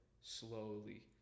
slowly